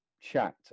chat